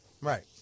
Right